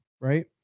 right